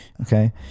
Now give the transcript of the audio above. okay